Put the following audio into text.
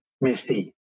misty